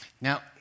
Now